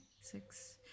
Six